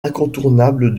incontournable